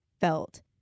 felt